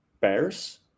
pairs